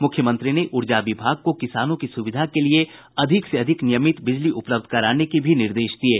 मुख्यमंत्री ने ऊर्जा विभाग को किसानों की सुविधा के लिए अधिक से अधिक नियमित बिजली उपलब्ध कराने के भी निर्देश दिये